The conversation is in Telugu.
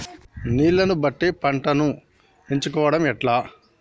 నీళ్లని బట్టి పంటను ఎంచుకోవడం ఎట్లా?